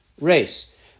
race